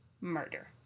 murder